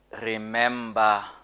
Remember